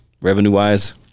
revenue-wise